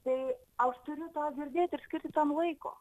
tai aš turiu tą girdėti ir skirti tam laiko